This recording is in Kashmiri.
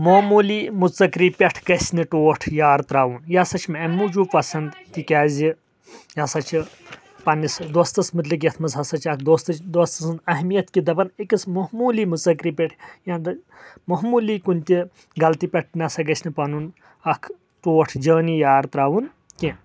معمولی مُژکری پٮ۪ٹھ گژھ نہٕ ٹوٹھ یار تراوُن یہِ ہسا چھُ مےٚ امہِ موٗجوٗب پسنٛد تِکیازِ یہِ ہسا چھِ پننس دوستس متعلِق یتھ منٛز ہسا چھِ اکھ دوستٕچ دوستہٕ سٕنٛز اہمیت کہِ دپان أکِس معمولی مُژٔکری پٮ۪ٹھ یا معمولی کُنہ تہِ غلطی پٮ۪ٹھ نہ سا گژھ نہٕ پنُن اکھ ٹوٹھ جٲنی یار تراوُن کینٛہہ